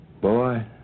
Boy